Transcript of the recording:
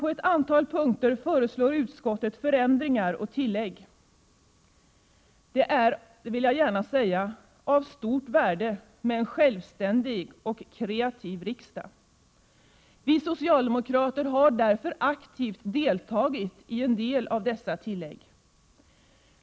På ett antal punkter föreslår utskottet förändringar i och tillägg till propositionens förslag. Det är av stort värde med en självständig och kreativ riksdag. Vi socialdemokrater har därför aktivt deltagit när det gäller en del av dessa tillägg.